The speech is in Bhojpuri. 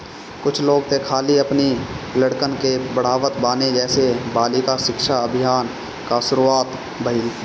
कुछ लोग तअ खाली अपनी लड़कन के पढ़ावत बाने जेसे बालिका शिक्षा अभियान कअ शुरुआत भईल